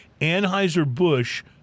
Anheuser-Busch